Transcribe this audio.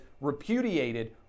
repudiated